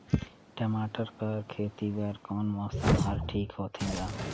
टमाटर कर खेती बर कोन मौसम हर ठीक होथे ग?